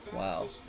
Wow